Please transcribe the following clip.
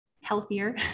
healthier